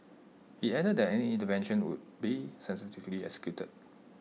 he added that any intervention will be sensitively executed